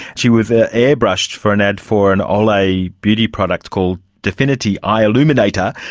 she was ah airbrushed for an ad for an olay beauty product called definity eye illuminator,